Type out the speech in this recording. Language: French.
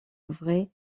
vrai